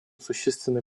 существенный